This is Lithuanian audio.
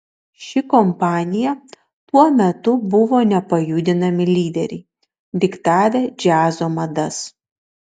ši kompanija tuo metu buvo nepajudinami lyderiai diktavę džiazo madas